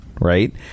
right